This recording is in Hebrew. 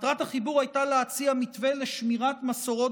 מטרת החיבור הייתה להציע מתווה לשמירת מסורות